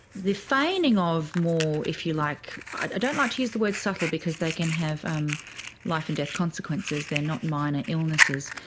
the feigning of more, if you like, i don't like to use the word subtle because they can have um life and death consequences, they are not minor illnesses,